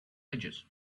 edges